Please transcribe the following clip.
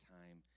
time